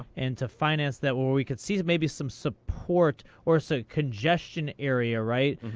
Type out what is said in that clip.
and to finance that, where we could see maybe some support, or some congestion area, right?